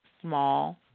Small